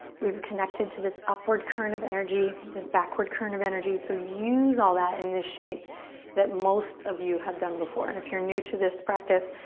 we've connected to this upward current of energy, this backward current of energy so use all that in this shape that most of you have done before. and if you're new to this practice,